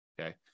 Okay